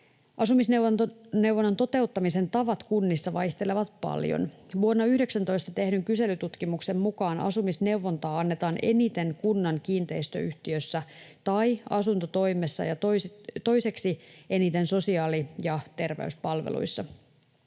Asumisneuvonnan toteuttamisen tavat kunnissa vaihtelevat paljon. Vuonna 19 tehdyn kyselytutkimuksen mukaan asumisneuvontaa annetaan eniten kunnan kiinteistöyhtiössä tai asuntotoimessa ja toiseksi eniten sosiaali‑ ja terveyspalveluissa.